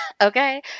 okay